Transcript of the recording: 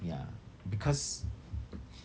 ya because